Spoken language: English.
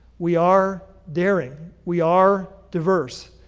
we are daring. we are diverse.